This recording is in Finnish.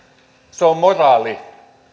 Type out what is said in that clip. se on moraali